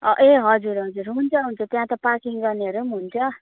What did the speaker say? ए हजुर हजुर हुन्छ हुन्छ त्यहाँ त पार्किङ गर्नेहरू पनि हुन्छ